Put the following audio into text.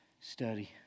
study